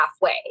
halfway